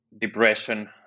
depression